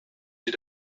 sie